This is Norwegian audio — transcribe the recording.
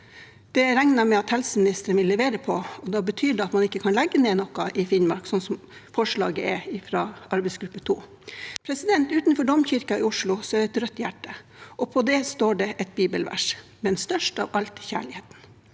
Det regner jeg med at helseministeren vil levere på. Det betyr at man ikke kan legge ned noe i Finnmark, sånn som forslaget er fra arbeidsgruppe 2. Utenfor Oslo domkirke er det et rødt hjerte, og på det står det et bibelvers: «… og størst av alt er kjærligheten».